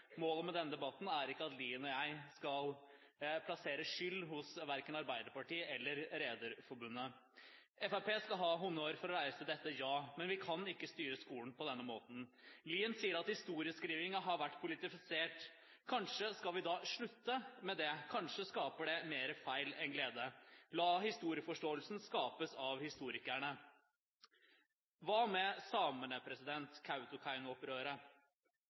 Målet med denne debatten er ikke at Lien og jeg skal plassere skyld hos verken Arbeiderpartiet eller Rederiforbundet. Fremskrittspartiet skal ha honnør for å reise dette, men vi kan ikke styre skolen på denne måten. Lien sier at historieskrivingen har vært politisert. Kanskje skal vi da slutte med det. Kanskje skaper det mer feil enn glede. La historieforståelsen skapes av historikerne. Hva med samene,